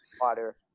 water